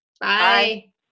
bye